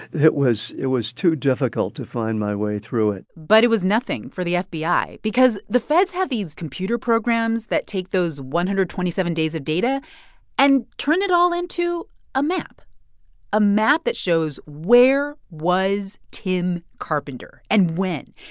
it was it was too difficult to find my way through it but it was nothing for the fbi because the feds had these computer programs that take those one hundred and twenty seven days of data and turn it all into a map a map that shows where was tim carpenter and when.